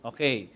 Okay